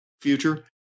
future